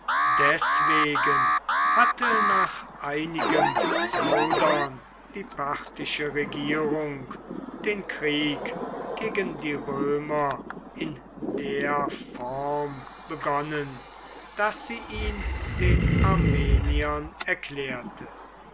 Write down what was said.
deswegen hatte nach einigem zaudern die parthische regierung den krieg gegen die römer in der form begonnen daß sie ihn den armeniern erklärte